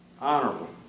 honorable